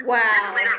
Wow